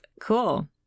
Cool